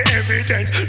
evidence